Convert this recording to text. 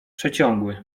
przeciągły